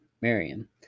Miriam